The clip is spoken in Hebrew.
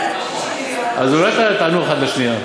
אז אולי תענו אחת לשנייה?